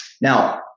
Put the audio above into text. Now